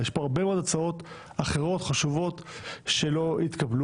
אלא יש פה הרבה מאוד הצעות חשובות אחרות שלא התקבלו,